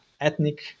ethnic